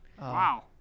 Wow